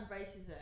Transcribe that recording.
racism